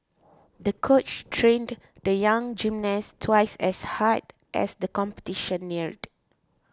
the coach trained the young gymnast twice as hard as the competition neared